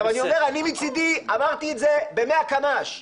אני מצדי אמרתי את זה במאה קמ"ש.